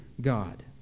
god